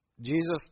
Jesus